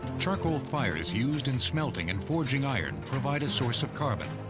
charcoal fires used in smelting and forging iron provide a source of carbon.